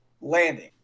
landing